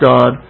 God